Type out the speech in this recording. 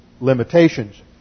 limitations